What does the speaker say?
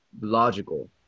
logical